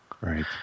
Right